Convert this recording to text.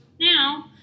now